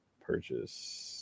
purchase